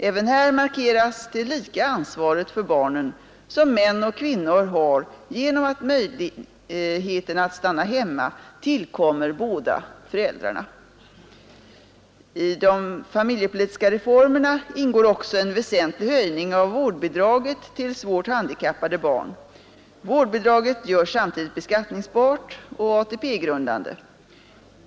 Även här markeras det lika ansvaret för barnen som män och kvinnor har genom att möjligheterna att stanna hemma tillkommer båda föräldrarna. I de familjepolitiska reformerna ingår också en väsentlig höjning av vårdbidraget till svårt handikappade barn. Vårdbidraget görs samtidigt beskattningsbart och ATP-grundande.